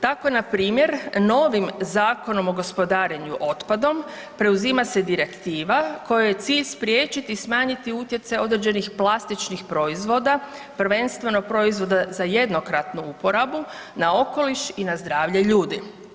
Tako npr. novim Zakonom o gospodarenju otpadom preuzima se direktiva kojoj je cilj spriječiti i smanjiti utjecaj određenih plastičnih proizvoda, prvenstveno proizvoda za jednokratnu uporabu na okoliš i na zdravlje ljudi.